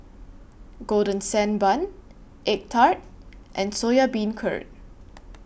Golden Sand Bun Egg Tart and Soya Beancurd